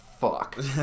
Fuck